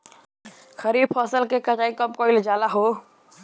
खरिफ फासल के कटाई कब कइल जाला हो?